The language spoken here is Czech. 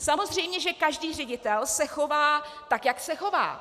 Samozřejmě že každý ředitel se chová tak, jak se chová.